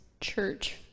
church